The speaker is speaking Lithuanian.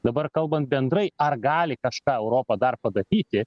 dabar kalbant bendrai ar gali kažką europa dar padaryti